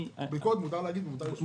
ביקורת מותר להגיד ומותר לשמוע.